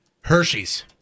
Hershey's